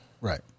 Right